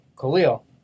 Khalil